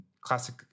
classic